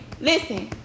listen